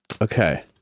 Okay